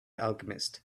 alchemist